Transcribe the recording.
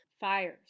Fires